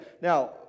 Now